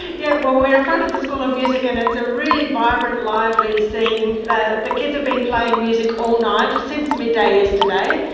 yeah, well we're in front of the school of music and it's a really vibrant, lively scene. the the kids have been playing music all night, since midday yesterday,